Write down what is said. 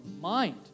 mind